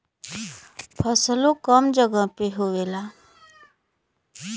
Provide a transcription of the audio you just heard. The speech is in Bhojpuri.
फसलो कम जगह मे होएला